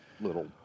little